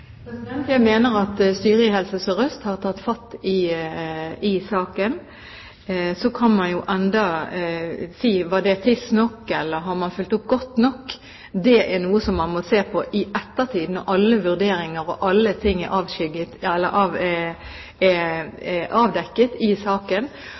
Helse Sør-Øst har tatt fatt i saken. Så kan man jo spørre: Var det tidsnok, eller har man fulgt opp godt nok? Det er noe man må se på i ettertid når alle vurderinger er gjort og alt er avdekket i saken. Det slett ikke slik at Helsetilsynets vurderinger er uinteressante for helseministeren. De er